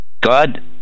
God